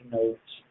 notes